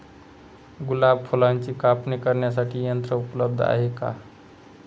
गुलाब फुलाची कापणी करण्यासाठी यंत्र उपलब्ध आहे का?